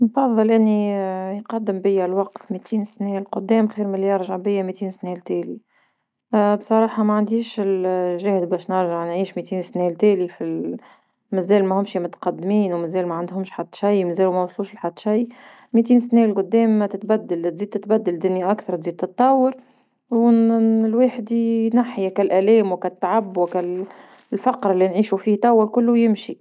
نفضل أني يقدم بيا الوقت ميتين سنة القدام خير من يرجع بيا ميتين سنة لتالي، بصراحة ما عنديش ال- الجهد باش نرجع نعيش ميتين سنة التالي في مازال ما هومشي متقدمين ومازال ما عندهمش حد شي مازالو ما وصلوش لحد شي، ميتين سنة القدام ما تتبدل تزيد تتبدل دنيا واكثر تزيد تطور ونن- لواحد ينحي هاكا الآلام وكالتعب وكال الفقر لي نعيشو فيه توا كلو يمشي.